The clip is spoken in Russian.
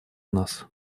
нас